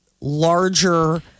larger